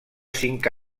cinc